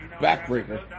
backbreaker